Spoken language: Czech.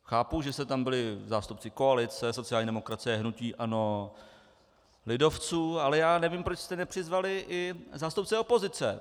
Chápu, že jste tam byli zástupci koalice, sociální demokracie, hnutí ANO, lidovců, ale já nevím, proč jste nepřizvali i zástupce opozice.